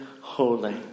holy